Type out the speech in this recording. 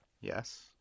Yes